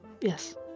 Yes